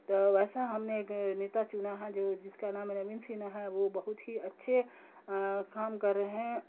تو ویسا ہم نے ایک نیتا چنا ہے جو جس کا نام ہے نوین سنہا ہے وہ بہت ہی اچھے کام کر رہے ہیں